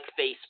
Facebook